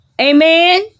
Amen